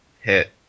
hit